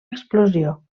explosió